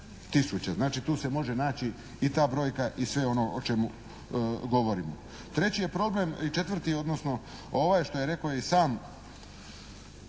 tisuća. Znači tu se može naći i ta brojka i sve ono o čemu govorimo. Treći je problem, četvrti odnosi, ovaj što je rekao i sam